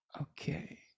Okay